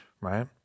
right